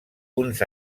uns